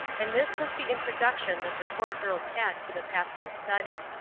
and this was the introduction that the four girls had to the pastor's study.